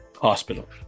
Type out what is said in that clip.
hospital